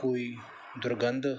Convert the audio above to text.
ਕੋਈ ਦੁਰਗੰਧ